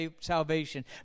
salvation